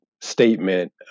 statement